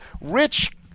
Rich